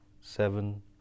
seven